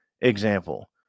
example